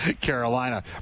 Carolina